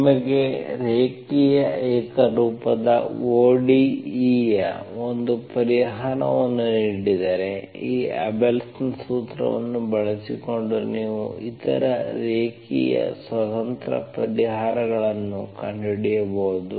ನಿಮಗೆ ರೇಖೀಯ ಏಕರೂಪದ ODE ಯ ಒಂದು ಪರಿಹಾರವನ್ನು ನೀಡಿದರೆ ಈ ಅಬೆಲ್ಸ್ Abelsನ ಸೂತ್ರವನ್ನು ಬಳಸಿಕೊಂಡು ನೀವು ಇತರ ರೇಖೀಯ ಸ್ವತಂತ್ರ ಪರಿಹಾರಗಳನ್ನು ಕಂಡುಹಿಡಿಯಬಹುದು